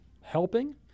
helping